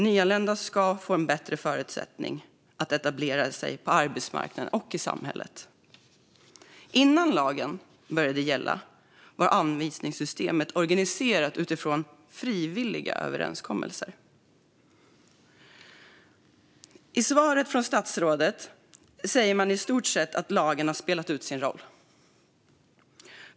Nyanlända får därmed bättre förutsättningar att etablera sig på arbetsmarknaden och i samhället. Innan lagen började gälla var anvisningssystemet organiserat utifrån frivilliga överenskommelser. I svaret säger statsrådet i stort sett att lagen har spelat ut sin roll.